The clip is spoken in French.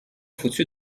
foutus